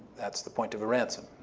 that's the point of a ransom.